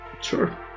Sure